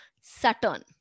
Saturn